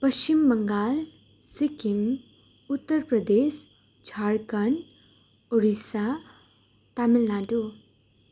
Paschim Bangal Sikkim Uttar Pradesh Jharkhand Odisha Tamil Nadu